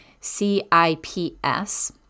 C-I-P-S